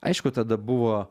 aišku tada buvo